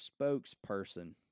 spokesperson